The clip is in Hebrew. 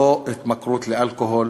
לא התמכרות לאלכוהול